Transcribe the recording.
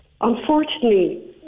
unfortunately